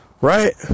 right